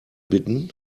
bitten